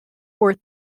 were